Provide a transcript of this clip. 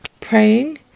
praying